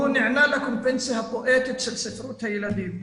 הוא נענה לקומפנסציה הפואטית של ספרות הילדים,